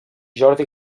jordi